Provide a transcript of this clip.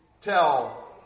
tell